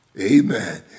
Amen